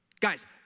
guys